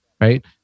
right